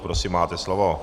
Prosím, máte slovo.